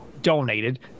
donated